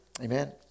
Amen